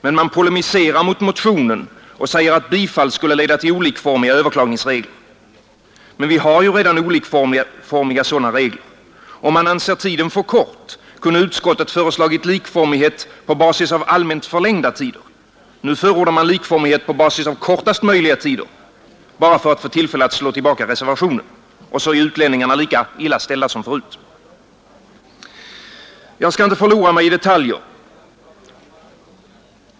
Men man polemiserar mot motionen och säger att bifall skulle leda till olikformiga överklagningsregler. Men vi har ju redan olikformiga sådana regler. Om man anser tiden för kort, kunde utskottet föreslagit likformighet på basis av allmänt förlängda tider. Nu förordar man likformighet på basis av kortast möjliga tider, bara för att få tillfälle slå tillbaka reservationen. Och så är utlänningarna lika illa ställda som förut. Jag ska inte förlora mig i detaljer.